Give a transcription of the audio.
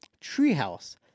treehouse